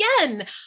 again